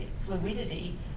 fluidity